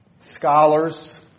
scholars